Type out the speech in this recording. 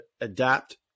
adapt